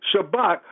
Shabbat